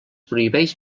prohibeix